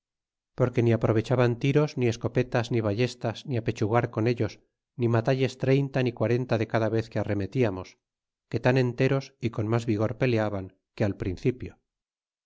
porque ni aprovechaban tiros ni escopetas ni ballestas ni apechugar con ellos ni matalles treinta ni quarenta de cada vez que arremetiamos que tan enteros y con mas vigor peleaban que al principio